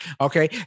Okay